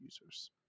users